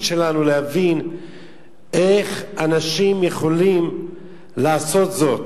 שלנו להבין איך אנשים יכולים לעשות זאת.